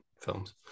films